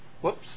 whoops